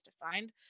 defined